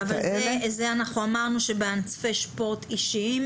זה אנחנו אמרנו שבענפי ספורט אישיים